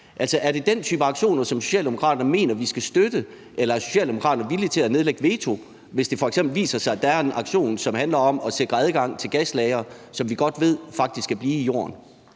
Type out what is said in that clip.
er det den type aktioner, som Socialdemokraterne mener vi skal støtte, eller er Socialdemokraterne villige til at nedlægge veto, hvis det f.eks. viser sig, at der er en aktion, som handler om at sikre adgang til gaslagre, som vi faktisk godt ved skal blive i jorden?